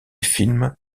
film